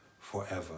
forever